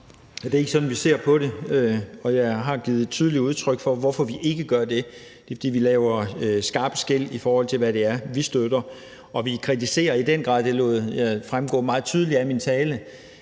Det er ikke sådan, vi ser på det, og jeg har givet tydeligt udtryk for, hvorfor vi ikke gør det. Det er, fordi vi laver skarpe skel, i forhold til hvad det er, vi støtter. Vi kritiserer i den grad – og det lod jeg fremgå meget tydeligt af min tale